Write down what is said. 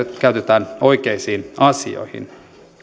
käytetään oikeisiin asioihin